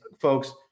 folks